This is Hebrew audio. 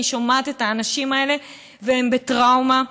אני שומעת את האנשים האלה והם בטראומה.